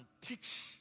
teach